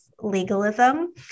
legalism